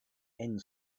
end